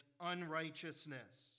unrighteousness